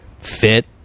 fit